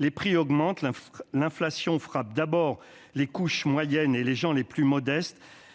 les prix augmentent l'inflation frappe d'abord les couches moyennes et les gens les plus modestes